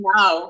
now